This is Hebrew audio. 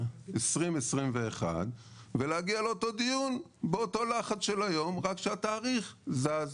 2021 ולהגיע לאותו דיון באותו לחץ של היום רק שהתאריך זז.